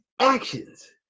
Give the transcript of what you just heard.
actions